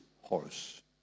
horse